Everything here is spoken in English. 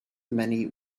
many